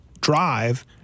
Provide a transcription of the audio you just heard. Drive